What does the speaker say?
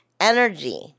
energy